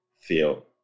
feel